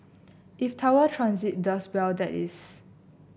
if Tower Transit does well that is